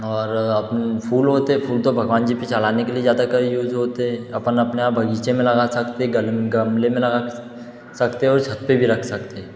और अपनी फूल होते फूल तो भगवान जी पे चढ़ाने के लिए ज़्यादातर यूज़ होते है अपन अपने आप बगीचे में लगा सकते गमले में लगा सकते और छत पे भी रख सकते